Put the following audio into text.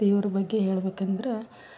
ದೇವ್ರ ಬಗ್ಗೆ ಹೇಳ್ಬೆಕಂದ್ರೆ